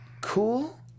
Cool